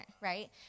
right